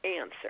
answer